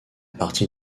partie